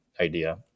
idea